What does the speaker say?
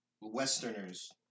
Westerners